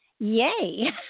Yay